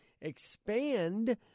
expand